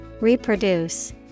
reproduce